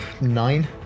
Nine